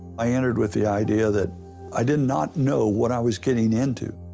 i entered with the idea that i did not know what i was getting into.